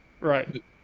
right